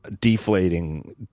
deflating